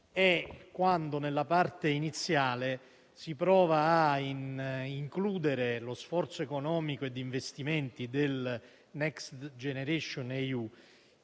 è quando, nella parte iniziale, si prova a includere lo sforzo economico e di investimenti del Next generation EU